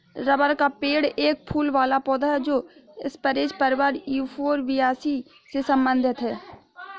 rubber का पेड़ एक फूल वाला पौधा है जो स्परेज परिवार यूफोरबियासी से संबंधित है